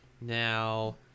now